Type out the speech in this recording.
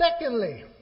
Secondly